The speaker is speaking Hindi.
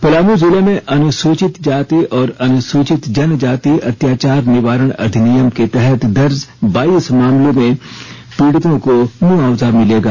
पलामू जिले में अनुसूचित जाति और अनुसूचित जनजाति अत्याचार निवारण अधिनियम के तहत दर्ज बाइस मामलों में पीड़ितों को मुआवजा मिलेगा